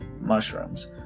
Mushrooms